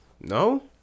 No